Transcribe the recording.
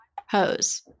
hose